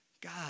God